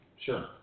sure